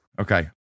Okay